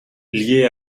lié